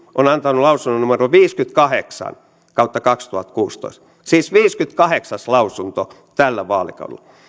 on antanut lausunnon numero viisikymmentäkahdeksan kautta kaksituhattakuusitoista siis se on viideskymmeneskahdeksas lausunto tällä vaalikaudella